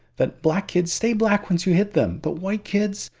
that black kids stay black once you hit them but white kids?